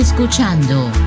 Escuchando